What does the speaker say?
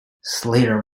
slayer